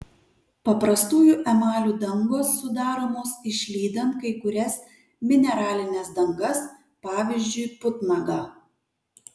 paprastųjų emalių dangos sudaromos išlydant kai kurias mineralines dangas pavyzdžiui putnagą